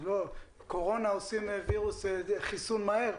לקורונה עושים חיסון מהר,